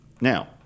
Now